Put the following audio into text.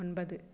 ஒன்பது